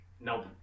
Nope